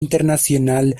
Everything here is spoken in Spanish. internacional